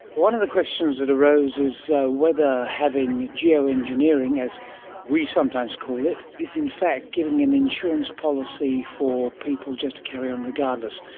one of the questions that arose is whether having geo-engineering, as we sometimes call it, is in fact giving an insurance policy for people just to carry on regardless.